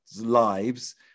lives